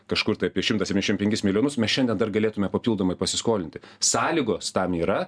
kažkur tai apie šimtą septyniasdešim penkis milijonus mes šiandien dar galėtume papildomai pasiskolinti sąlygos tam yra